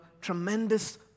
tremendous